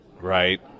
right